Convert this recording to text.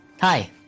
Hi